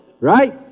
right